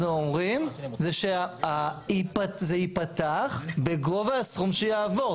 אומרים זה שזה ייפתח בגובה הסכום שיעבור.